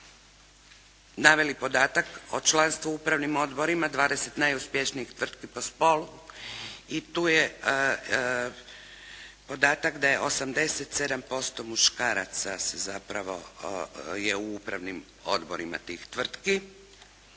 naveli podatak o članstvu u upravnim odborima, 20 najuspješnijih tvrtki po spolu. I tu je podatak da je 87% muškaraca se zapravo, je u upravnim odborima tih tvrtki,